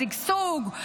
בשגשוג,